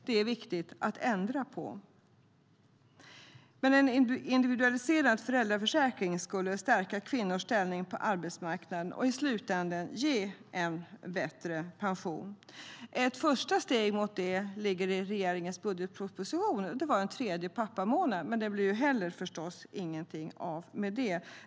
Det är viktigt att ändra på. En individualiserad föräldraförsäkring skulle stärka kvinnors ställning på arbetsmarknaden och i slutänden ge en bättre pension. Ett första steg mot det finns i regeringens budgetproposition. Det var en tredje pappamånad, men det blir förstås ingenting av med det.